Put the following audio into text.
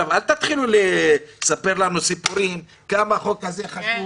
אל תתחילו לספר לנו סיפורים כמה החוק הזה חשוב -- כן,